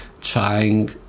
trying